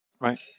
Right